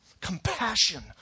compassion